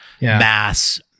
mass